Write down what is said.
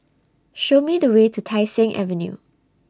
Show Me The Way to Tai Seng Avenue